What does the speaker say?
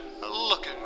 looking